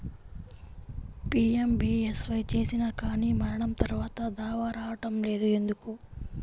PMBSY చేసినా కానీ మరణం తర్వాత దావా రావటం లేదు ఎందుకు?